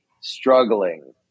struggling